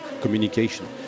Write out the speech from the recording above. communication